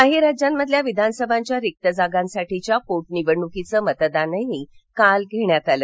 काही राज्यांमधल्या विधानसभांच्या रिक्त जागांसाठीच्या पोटनिवडणुकीचं मतदानही काल घेण्यात आलं